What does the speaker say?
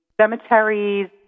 cemeteries